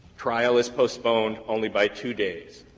trial is postponed only by two days.